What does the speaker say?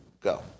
Go